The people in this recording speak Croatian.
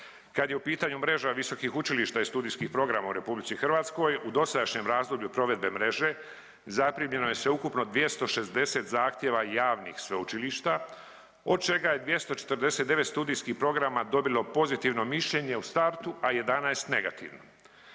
Kad je u pitanju mreža visokih učilišta i studijskih programa u RH u dosadašnjem razdoblju provedbe mreže zaprimljeno je sveukupno 260 zahtjeva javnih sveučilišta od čega je 249 studijskih programa dobilo pozitivno mišljenje u startu, a 11 negativno.